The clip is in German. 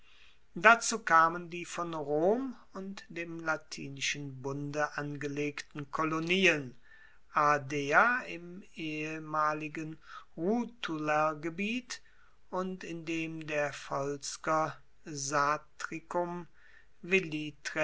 dazu kamen die von rom und dem latinischen bunde angelegten kolonien ardea im ehemaligen rutulergebiet und in dem der volsker satricum